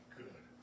good